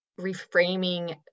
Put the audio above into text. reframing